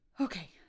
Okay